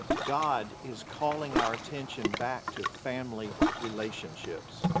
god is calling our attention back to family relationships.